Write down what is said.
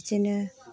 बिदिनो